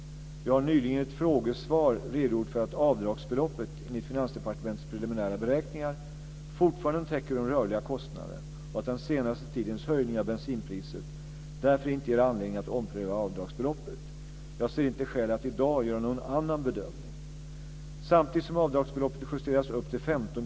Jag har nyligen i ett frågesvar redogjort för att avdragsbeloppet, enligt Finansdepartementets preliminära beräkningar, fortfarande täcker de rörliga kostnaderna och att den senaste tidens höjning av bensinpriset därför inte ger anledning att ompröva avdragsbeloppet. Jag ser inte skäl att i dag göra någon annan bedömning.